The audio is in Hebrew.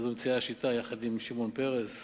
אז הומצאה השיטה יחד עם שמעון פרס,